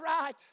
right